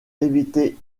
éviter